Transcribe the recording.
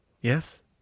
Yes